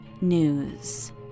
News